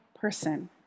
person